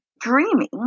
dreaming